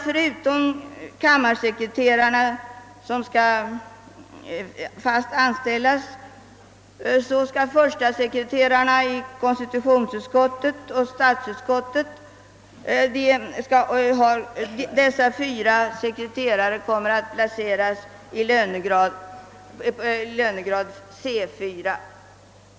Förutom kammarsekreterarna, som skall fast anställas, kommer de 2 förste sekreterarna i :konstitutionsutskottet och statsutskottet att placeras i lönegrad C4.